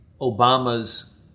Obama's